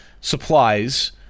supplies